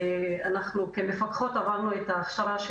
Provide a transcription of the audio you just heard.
אנחנו כמפקחות עברנו את ההכשרה,